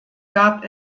gab